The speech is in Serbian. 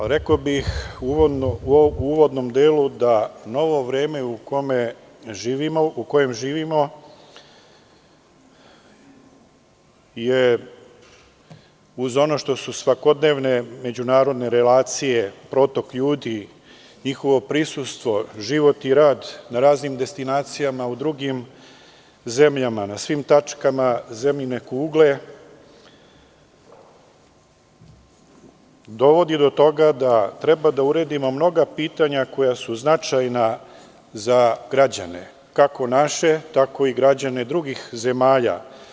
Rekao bih u uvodnom delu da ovo vreme u kome živimo, uz ono što su svakodnevne međunarodne relacije, protok ljudi, njihovo prisustvo, život i rad na raznim destinacijama u drugim zemljama, na svim tačkama zemljine kugle, dovodi do toga da treba da uredimo mnoga pitanja koja su značajna za građane, kako naše, tako i građane drugih zemalja.